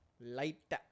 Light